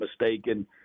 mistaken